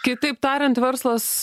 kitaip tariant verslas